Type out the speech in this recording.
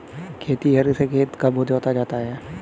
खेतिहर से खेत कब जोता जाता है?